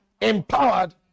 empowered